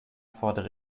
fordere